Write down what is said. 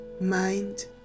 mind